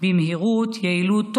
במהירות ויעילות,